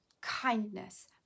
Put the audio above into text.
kindness